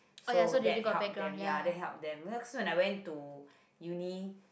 so that helped them ya that helped them cause when I went to uni